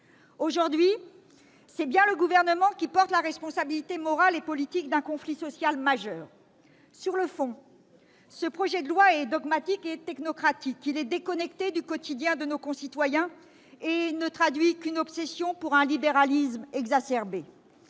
Aujourd'hui, c'est bien le Gouvernement qui porte la responsabilité morale et politique d'un conflit social majeur. Sur le fond, ce projet de loi est dogmatique et technocratique. Il est déconnecté du quotidien de nos concitoyens et ne traduit qu'une obsession pour un libéralisme exacerbé.